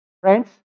friends